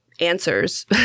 answers